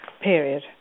period